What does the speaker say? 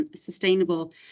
sustainable